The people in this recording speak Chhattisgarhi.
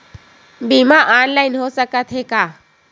बीमा ऑनलाइन हो सकत हे का?